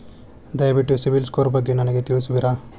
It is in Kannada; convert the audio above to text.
ದಯವಿಟ್ಟು ಸಿಬಿಲ್ ಸ್ಕೋರ್ ಬಗ್ಗೆ ನನಗೆ ತಿಳಿಸುವಿರಾ?